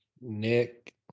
Nick